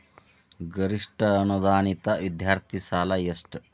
ಗರಿಷ್ಠ ಅನುದಾನಿತ ವಿದ್ಯಾರ್ಥಿ ಸಾಲ ಎಷ್ಟ